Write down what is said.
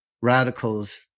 radicals